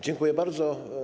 Dziękuję bardzo.